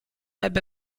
ebbe